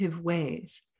ways